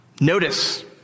Notice